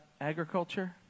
agriculture